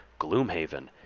Gloomhaven